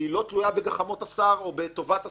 שלא תלויה בגחמות השר או בטובת השר.